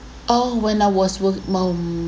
oh when I was work mm